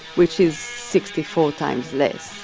which is sixty four times less.